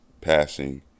passing